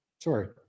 Sorry